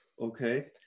Okay